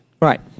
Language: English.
Right